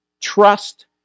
trust